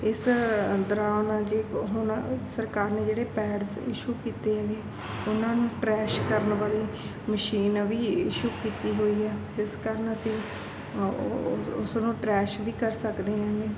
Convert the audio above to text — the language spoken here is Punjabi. ਇਸ ਅੰਦਰ ਆਉਣ ਜੇ ਹੁਣ ਸਰਕਾਰ ਨੇ ਜਿਹੜੇ ਪੈਡਸ ਇਸ਼ੂ ਕੀਤੇ ਹੈਗੇ ਉਹਨਾਂ ਨੂੰ ਟਰੈਸ਼ ਕਰਨ ਵਾਲੀ ਮਸ਼ੀਨ ਵੀ ਇਸ਼ੂ ਕੀਤੀ ਹੋਈ ਹੈ ਜਿਸ ਕਾਰਨ ਅਸੀਂ ਉਸਨੂੰ ਟਰੈਸ਼ ਵੀ ਕਰ ਸਕਦੇ ਹੈਗੇ